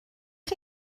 chi